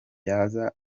yaza